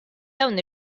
dawn